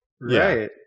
Right